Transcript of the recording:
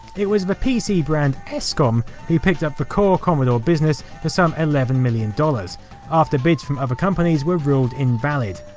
it was the pc brand escom, who picked up the core commodore business for some eleven million dollars after bids from other companies were ruled invalid.